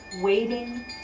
waiting